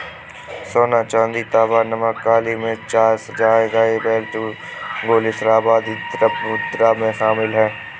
सोना, चांदी, तांबा, नमक, काली मिर्च, चाय, सजाए गए बेल्ट, गोले, शराब, आदि द्रव्य मुद्रा में शामिल हैं